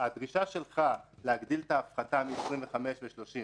הדרישה שלך להגדיל את ההפחתה מ-25% ל-30%,